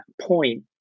point